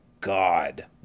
God